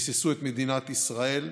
ביססו את מדינת ישראל,